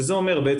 וזה אומר,